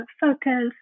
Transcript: focus